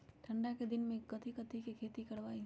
ठंडा के दिन में कथी कथी की खेती करवाई?